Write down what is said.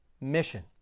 mission